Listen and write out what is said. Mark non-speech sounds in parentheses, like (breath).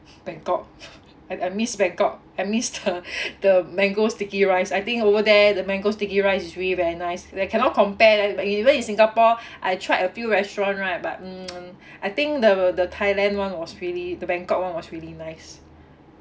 bangkok (laughs) I I miss bangkok I miss the the mango sticky rice I think over there the mango sticky rice is really very nice they cannot compare like even in singapore I tried a few restaurant right but mm (noise) I think the the thailand one was really the bangkok one was really nice (breath)